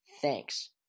thanks